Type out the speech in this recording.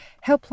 help